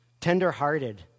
Tender-hearted